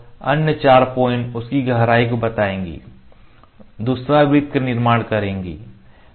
और अन्य 4 पॉइंट उसकी गहराई को बताएंगे और दूसरा वृत्त का निर्माण करेंगे